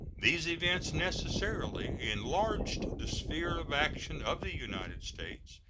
these events necessarily enlarged the sphere of action of the united states,